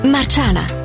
Marciana